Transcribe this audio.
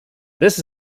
this